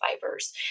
fibers